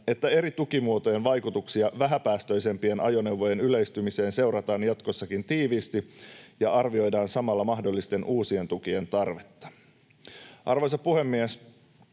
että eri tukimuotojen vaikutuksia vähäpäästöisempien ajoneuvojen yleistymiseen seurataan jatkossakin tiiviisti ja arvioidaan samalla mahdollisten uusien tukien tarvetta. Arvoisa puhemies!